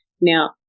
Now